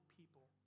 people